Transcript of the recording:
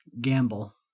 gamble